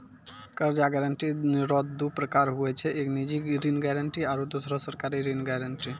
कर्जा गारंटी रो दू परकार हुवै छै एक निजी ऋण गारंटी आरो दुसरो सरकारी ऋण गारंटी